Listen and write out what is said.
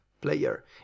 player